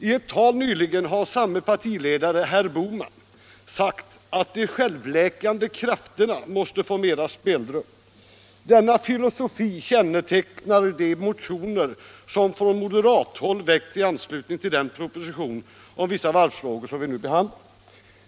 I ett tal nyligen har samme partiledare, herr Bohman, sagt att de självläkande krafterna måste få mera spelrum. Denna filosofi kännetecknar de motioner som från moderat håll väckts i anslutning till den proposition om vissa varvsfrågor som vi nu behandlar.